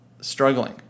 struggling